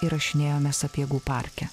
įrašinėjome sapiegų parke